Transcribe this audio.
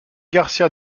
garcia